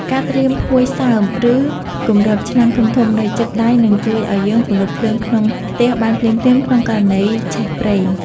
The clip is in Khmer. ការត្រៀមភួយសើម ឬគម្របឆ្នាំងធំៗនៅជិតដៃនឹងជួយឱ្យយើងពន្លត់ភ្លើងក្នុងខ្ទះបានភ្លាមៗក្នុងករណីឆេះប្រេង។